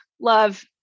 love